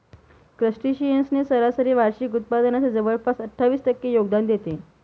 crustaceans ने सरासरी वार्षिक उत्पादनाच्या जवळपास अठ्ठावीस टक्के योगदान देते